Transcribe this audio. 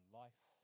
life